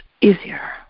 easier